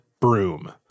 broom